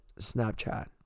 Snapchat